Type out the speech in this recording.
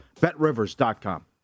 betrivers.com